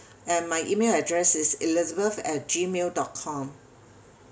and my email address is elizabeth at Gmail dot com